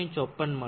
54 મળશે